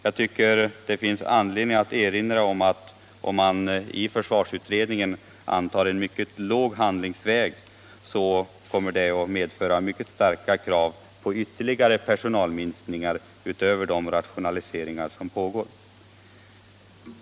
Det finns, tycker jag, anledning att erinra om att en lågt inriktad handlingslinje i försvarsutredningen kan medföra mycket starka krav på ytterligare personalminskningar utöver de rationaliseringar som pågår.